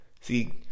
See